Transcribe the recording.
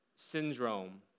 Syndrome